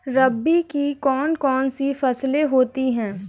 रबी की कौन कौन सी फसलें होती हैं?